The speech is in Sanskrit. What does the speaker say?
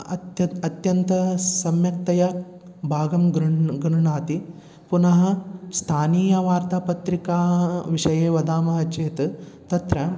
अत्यन्तम् अत्यन्तं सम्यक्तया भागं गृण्हाति गृण्हन्ति पुनः स्तानीयवार्तापत्रिकाविषये वदामः चेत् तत्र